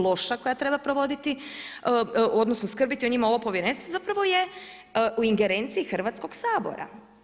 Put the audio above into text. Loša koja treba provoditi, odnosno skrbiti o njima ovo povjerenstvo zapravo je u ingerenciji Hrvatskog sabora.